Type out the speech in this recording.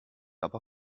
aber